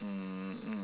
mm mm